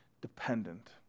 dependent